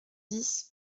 dix